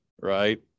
Right